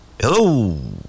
Hello